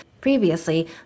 Previously